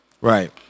Right